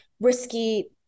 risky